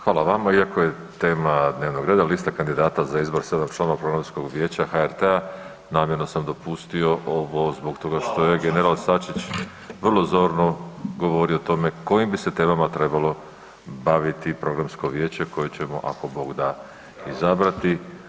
Hvala vama, iako je tema dnevnog reda liste kandidata za izbor 7 članova Programskog vijeća HRT-a namjerno sam dopustio ovo zbog toga što je general Sačić vrlo zorno govorio o tome kojim bi se temama trebalo baviti programsko vijeće koje ćemo ako Bog da izabrati.